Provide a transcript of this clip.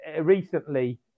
recently